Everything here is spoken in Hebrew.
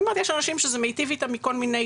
אני אומרת, יש אנשים שזה מיטיב איתם בכל מיני